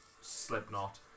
Slipknot